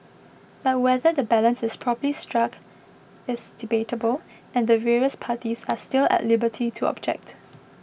but whether the balance is properly struck is debatable and the various parties are still at liberty to object